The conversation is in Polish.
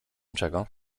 czego